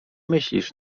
myślisz